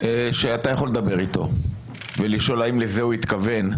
שאתה יכול לדבר איתו ולשאול האם זה הוא התכוון,